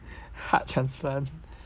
heart transplant